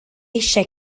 eisiau